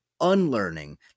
unlearning